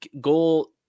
goal